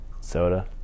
Soda